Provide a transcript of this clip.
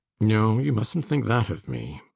no, you mustn't think that of me.